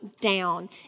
down